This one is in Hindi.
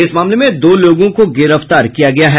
इस मामले में दो लोगों को गिरफ्तार किया गया है